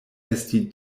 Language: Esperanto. esti